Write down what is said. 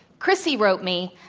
chrissy wrote me,